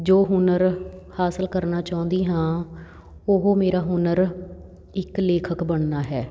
ਜੋ ਹੁਨਰ ਹਾਸਲ ਕਰਨਾ ਚਾਹੁੰਦੀ ਹਾਂ ਉਹ ਮੇਰਾ ਹੁਨਰ ਇੱਕ ਲੇਖਕ ਬਣਨਾ ਹੈ